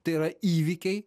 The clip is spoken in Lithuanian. tai yra įvykiai